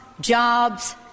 jobs